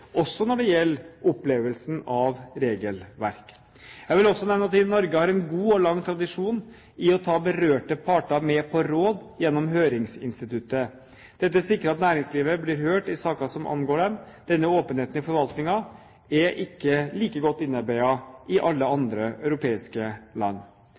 også når det gjelder opplevelsen av regelverk. Jeg vil også nevne at vi i Norge har en god og lang tradisjon i å ta berørte parter med på råd gjennom høringsinstituttet. Dette sikrer at næringslivet blir hørt i saker som angår dem. Denne åpenheten i forvaltningen er ikke like godt innarbeidet i alle andre europeiske land.